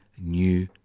New